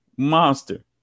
Monster